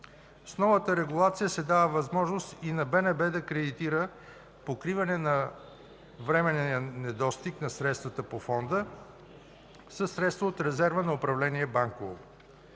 С новата регулация се дава възможност и на БНБ да кредитира покриване на временен недостиг на средствата по Фонда със средства от резерва на управление „Банково”.